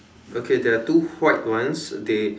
okay there are two white ones they